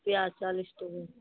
प्याज चालिस टके